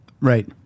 Right